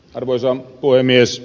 arvoisa puhemies